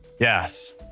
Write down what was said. Yes